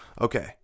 Okay